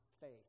faith